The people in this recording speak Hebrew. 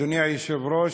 אדוני היושב-ראש,